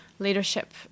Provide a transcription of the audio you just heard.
leadership